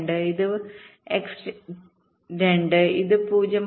2 ഇത് x 2 ഇത് 0